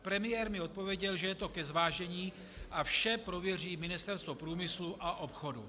Premiér mi odpověděl, že je to ke zvážení a vše prověří Ministerstvo průmyslu a obchodu.